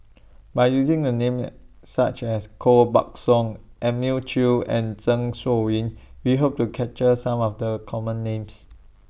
By using The Names such as Koh Buck Song Elim New Chew and Zeng Shouyin We Hope to capture Some of The Common Names